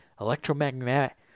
electromagnetic